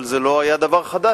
אבל זה לא היה דבר חדש,